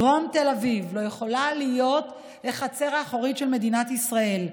דרום תל אביב לא יכולה להיות החצר האחורית של מדינת ישראל,